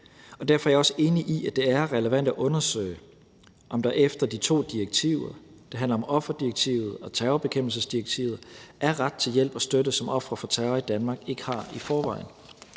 og derfor er jeg også enig i, at det er relevant at undersøge, om der efter de to direktiver – det handler om offerdirektivet og terrorbekæmpelsesdirektivet – er ret til hjælp og støtte, som ofre for terror i Danmark ikke har i forvejen.